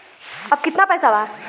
अब कितना पैसा बा?